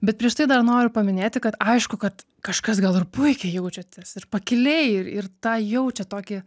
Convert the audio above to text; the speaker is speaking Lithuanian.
bet prieš tai dar noriu paminėti kad aišku kad kažkas gal ir puikiai jaučiatės ir pakiliai ir ir tą jaučia tokį